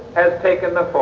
has taken the